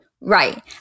Right